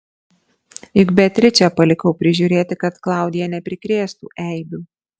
juk beatričę palikau prižiūrėti kad klaudija neprikrėstų eibių